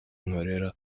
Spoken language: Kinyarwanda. nkorera